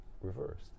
reversed